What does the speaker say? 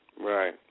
Right